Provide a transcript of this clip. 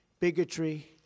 bigotry